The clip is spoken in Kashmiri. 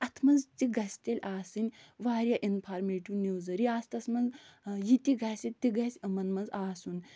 اَتھ منٛز تہِ گژھِ تیٚلہِ آسٕنۍ واریاہ اِنٛفارمیٹِو نِوٕزٕ رِیاسَتَس منٛز یہِ تہِ گژھِ تہِ گژھِ یِمَن منٛز آسُن